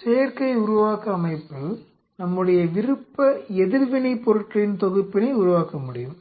செயற்கை உருவாக்க அமைப்பில் நம்முடைய விருப்ப எதிர்வினைப் பொருட்களின் தொகுப்பினை உருவாக்கமுடியும்